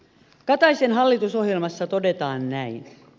kataisen hallitusohjelmassa todetaan näin